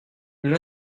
une